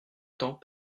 temps